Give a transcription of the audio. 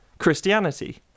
Christianity